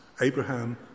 Abraham